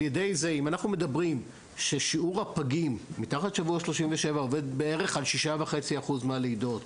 אם אנחנו אומרים ששיעור הפגים מתחת לשבוע 37 עומד בערך על 6.5% מהלידות,